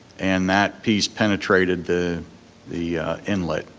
and that piece penetrated the the inlet.